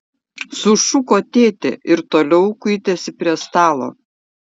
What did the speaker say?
sušuko tėtė ir toliau kuitėsi prie stalo